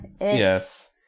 Yes